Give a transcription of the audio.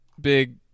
big